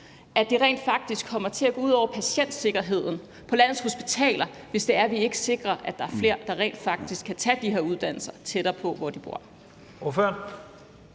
at det rent faktisk kommer til at gå ud over patientsikkerheden på landets hospitaler, hvis vi ikke sikrer, at der er flere, der rent faktisk kan tage de her uddannelser tættere på, hvor de bor?